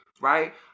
right